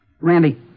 Randy